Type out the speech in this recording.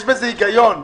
יש בזה היגיון,